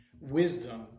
wisdom